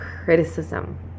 criticism